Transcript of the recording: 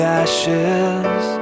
ashes